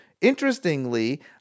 interestingly-